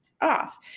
off